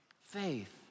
faith